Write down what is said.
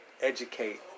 educate